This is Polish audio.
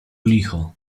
licho